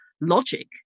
logic